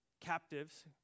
captives